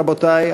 רבותי,